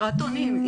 חסרת אונים.